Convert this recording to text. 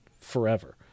forever